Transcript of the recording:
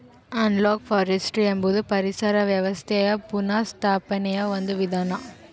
analogue forestry ಎಂಬುದು ಪರಿಸರ ವ್ಯವಸ್ಥೆಯ ಪುನಃಸ್ಥಾಪನೆಯ ಒಂದು ವಿಧಾನ